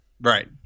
Right